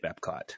Epcot